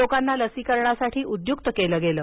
लोकांना त्यासाठी उद्युक्त केलं गेलं